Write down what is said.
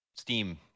steam